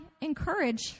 encourage